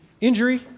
injury